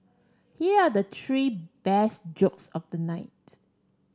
here are the three best jokes of the night